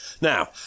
Now